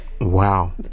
wow